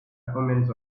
omens